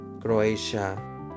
Croatia